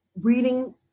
reading